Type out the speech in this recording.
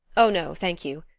oh, no! thank you.